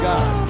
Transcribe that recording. God